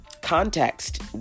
context